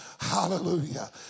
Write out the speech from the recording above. Hallelujah